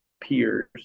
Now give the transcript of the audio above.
peers